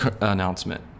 announcement